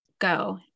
go